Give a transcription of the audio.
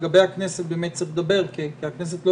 לגבי הכנסת צריך לדבר על זה כי הכנסת לא